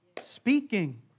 speaking